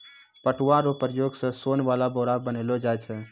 पटुआ रो प्रयोग से सोन वाला बोरा बनैलो जाय छै